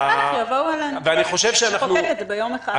אז אחר כך יבואו אלינו ונחוקק את זה ביום אחד.